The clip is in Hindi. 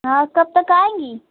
हाँ कब तक आएँगी